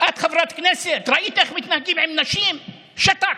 את חברת כנסת, ראית איך מתנהגים עם נשים, שתקת.